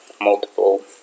multiple